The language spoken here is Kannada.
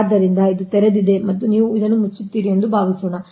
ಆದ್ದರಿಂದ ಇದು ತೆರೆದಿದೆ ಮತ್ತು ನೀವು ಇದನ್ನು ಮುಚ್ಚುತ್ತೀರಿ ಎಂದು ಭಾವಿಸೋಣ